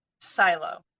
silo